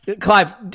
Clive